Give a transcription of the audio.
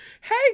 Hey